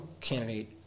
candidate